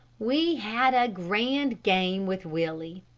we had a grand game with willie.